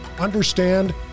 understand